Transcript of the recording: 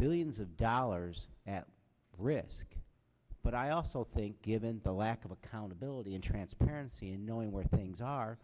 billions of dollars at risk but i also think given the lack of accountability and transparency in knowing where things are